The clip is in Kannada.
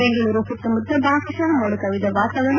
ಬೆಂಗಳೂರು ಸುತ್ತಮುತ್ತ ಭಾಗತಃ ಮೋಡಕವಿದ ವಾತಾವರಣ